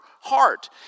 heart